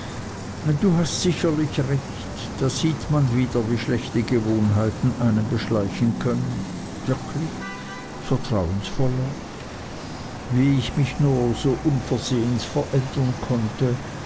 du hast sicherlich recht da sieht man wieder wie schlechte gewohnheiten einen beschleichen können wirklich vertrauensvoller wie ich mich nur so unversehens verändern konnte